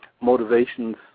motivations